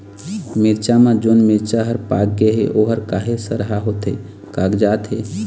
मिरचा म जोन मिरचा हर पाक गे हे ओहर काहे सरहा होथे कागजात हे?